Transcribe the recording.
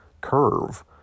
curve